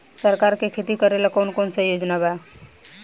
सरकार के खेती करेला कौन कौनसा योजना बा?